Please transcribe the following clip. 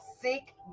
seek